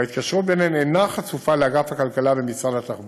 וההתקשרות ביניהן אינה חשופה לאגף הכלכלה במשרד התחבורה.